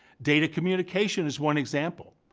data communication is one example.